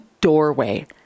doorway